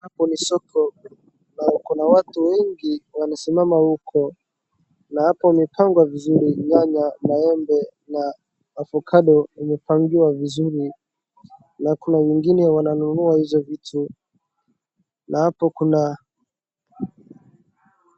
Hapa ni soko na kuna watu wengi wamesimama huko na pamepangwa vizuri. Nyanya, maembe na avokado imepangiwa vizuri na kuna wengine wananunua hizo vitu. Na hapo kuna.